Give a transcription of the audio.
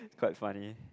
quite funny